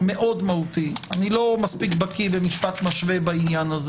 אני לא מספיק בקי במשפט משווה בעניין הזה.